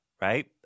right